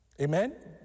Amen